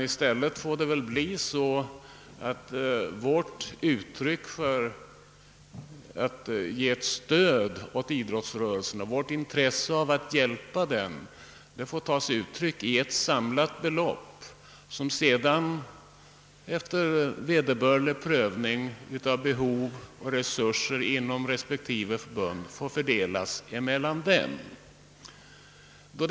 I stället får väl vårt intresse att stödja idrottsrörelsen ta sig uttryck i ett samlat belopp som sedan efter vederbörlig prövning av behovet och resurserna inom respektive förbund fördelas mellan förbunden.